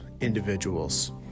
individuals